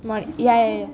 hmm ya